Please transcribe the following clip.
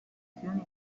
missione